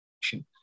action